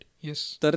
yes